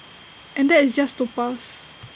and that is just to pass